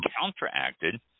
counteracted